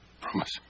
Promise